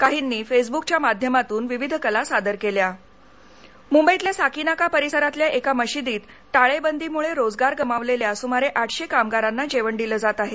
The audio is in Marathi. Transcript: काहींनी फेसब्कच्या माध्यमातून विविध कला सादर केल्या मुंबईच्या साकीनाका परिसरातल्या एका मशिदीत टाळेबंदीमुळे रोजगार गमावलेल्या सुमारे आठशे कामगारांना जेवण दिल जात आहे